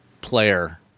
player